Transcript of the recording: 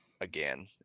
again